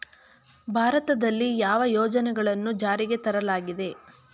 ಭಾರತದಲ್ಲಿ ಯಾವ ಯೋಜನೆಗಳನ್ನು ಜಾರಿಗೆ ತರಲಾಗಿದೆ?